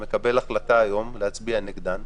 מקבלת החלטה היום להצביע נגדן.